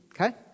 okay